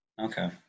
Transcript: Okay